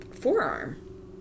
forearm